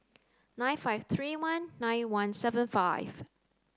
nine five three one nine one seven five